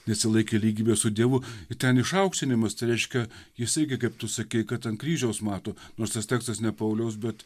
nesilaikė lygybės su dievu ir ten išaukštinimas tai reiškia jisai kaip tu sakei kad ant kryžiaus mato nors tas tekstas ne pauliaus bet